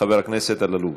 חבר הכנסת אלאלוף,